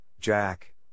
Jack